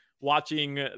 watching